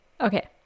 Okay